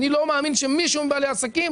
לא מאמין שמישהו מבעלי העסקים